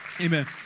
Amen